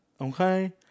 Okay